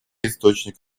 источник